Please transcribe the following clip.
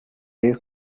they